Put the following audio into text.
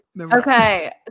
Okay